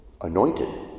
anointed